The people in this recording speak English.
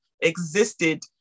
existed